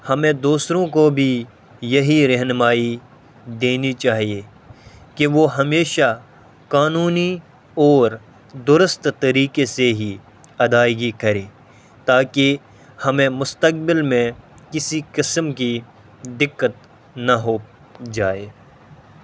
ہمیں دوسروں کو بھی یہی رہنمائی دینی چاہیے کہ وہ ہمیشہ قانونی اور درست طریقے سے ہی ادائیگی کرے تاکہ ہمیں مستقبل میں کسی قسم کی دقت نہ ہو جائے